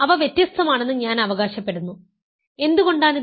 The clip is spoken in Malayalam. അവ വ്യത്യസ്തമാണെന്ന് ഞാൻ അവകാശപ്പെടുന്നു എന്തുകൊണ്ടാണ് ഇത്